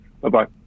Bye-bye